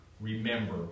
remember